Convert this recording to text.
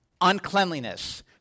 uncleanliness